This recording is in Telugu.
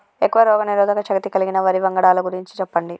ఎక్కువ రోగనిరోధక శక్తి కలిగిన వరి వంగడాల గురించి చెప్పండి?